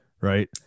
Right